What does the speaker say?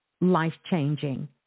life-changing